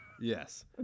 Yes